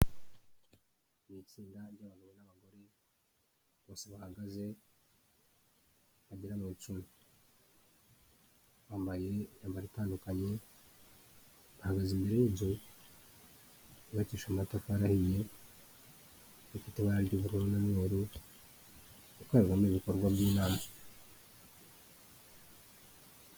Mu itsinda ry'abagabo n'abagore . Bose bahagaze bagera mu icumi. Bambaye imyambaro itandukanye . Bahagaze mu inzu ihenze, yubakishije amatafari ahiye. Ifite ibara ry'ubiruru n' umweru , ikorerwamo ibikorwa by'inama.